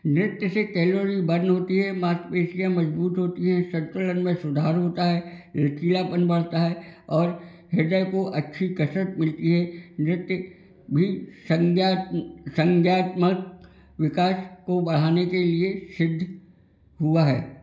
नृत्य से calorie burn होती है मांसपेशियां मजबूत होती है संतुलन में सुधार होता है लचीलापन बढ़ता है और हृदय को अच्छी कसरत मिलती है नृत्य विकास को बढ़ाने के लिए सिद्ध हुआ है